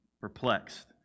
perplexed